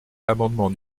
l’amendement